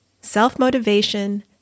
Self-motivation